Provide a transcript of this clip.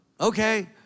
okay